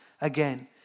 again